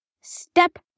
Step